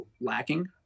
lacking